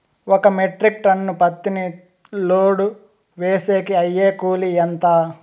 ఒక metric ton పత్తిని load వేసేకి అయ్యే కూలి ఎంత?